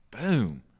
Boom